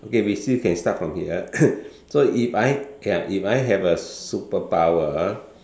okay we still can start from here so if I can if I have a superpower